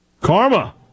Karma